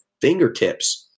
fingertips